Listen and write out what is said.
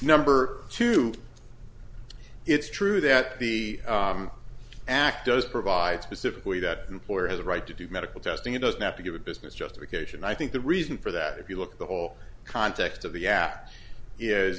number two it's true that the act does provide specifically that employer has a right to do medical testing it doesn't have to give a business justification i think the reason for that if you look at the whole context of the